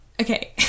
okay